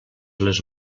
les